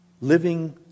Living